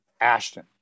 Ashton